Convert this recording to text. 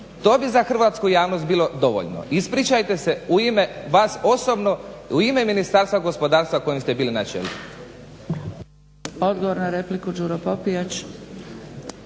To bi za hrvatsku javnost bilo dovoljno, ispričajte se u ime vas osobno i u ime Ministarstva gospodarstva kojem ste bili na čelu.